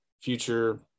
future